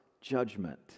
judgment